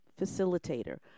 facilitator